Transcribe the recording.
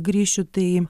grįšiu tai